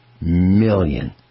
million